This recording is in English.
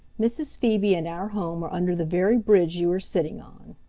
mrs. phoebe and our home are under the very bridge you are sitting on.